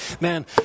Man